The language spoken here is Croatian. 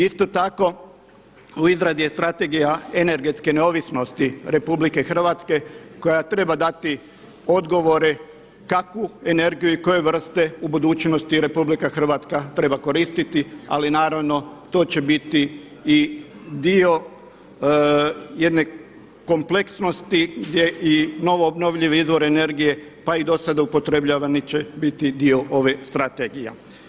Isto tako u izradi je Strategija energetske neovisnosti RH koja treba dati odgovore kakvu energiju i koje vrste u budućnosti RH treba koristiti, ali naravno to će biti i dio jedne kompleksnosti gdje i novo obnovljive izvore energije, pa i do sada upotrebljavani će biti dio ovih strategija.